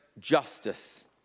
justice